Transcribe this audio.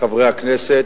חברי הכנסת,